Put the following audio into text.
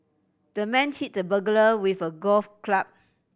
the man hit the burglar with a golf club